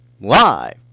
live